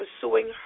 pursuing